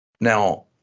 now